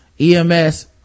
EMS